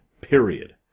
Period